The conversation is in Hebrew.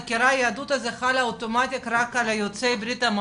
חקירת יהדות הזה חלה אוטומטית רק על יוצאי בריה"מ,